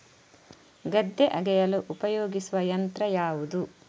ಗದ್ದೆ ಅಗೆಯಲು ಉಪಯೋಗಿಸುವ ಯಂತ್ರ ಯಾವುದು?